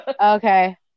okay